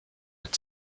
mit